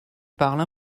parle